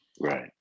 right